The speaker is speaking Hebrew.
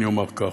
אני אומר כך,